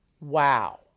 Wow